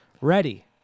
Ready